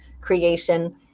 creation